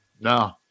no